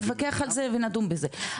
נתווכח על זה ונדון בזה,